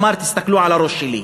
אמר: תסתכלו על הראש שלי.